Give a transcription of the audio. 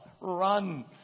run